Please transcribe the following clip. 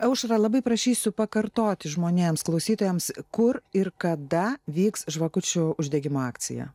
aušra labai prašysiu pakartoti žmonėms klausytojams kur ir kada vyks žvakučių uždegimo akcija